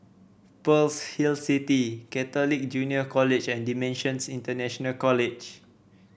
Pearl's Hill City Catholic Junior College and Dimensions International College